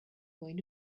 going